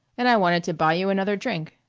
and i wanted to buy you another drink.